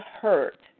hurt